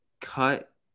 Cut